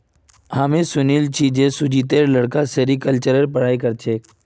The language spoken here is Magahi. हामी सुनिल छि जे सुजीतेर लड़का सेरीकल्चरेर पढ़ाई कर छेक